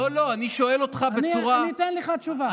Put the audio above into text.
לא, לא, אני שואל אותך בצורה, אני אתן לך תשובה.